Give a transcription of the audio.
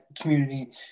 community